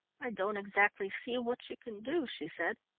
i don't exactly see what you can do, she said,